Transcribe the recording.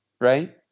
right